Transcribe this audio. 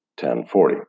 1040